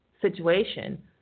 situation